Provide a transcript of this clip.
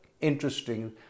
interesting